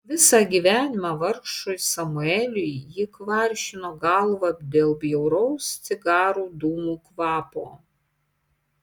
visą gyvenimą vargšui samueliui ji kvaršino galvą dėl bjauraus cigarų dūmų kvapo